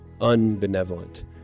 unbenevolent